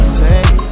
take